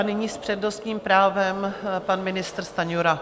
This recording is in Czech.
Nyní s přednostním právem pan ministr Stanjura.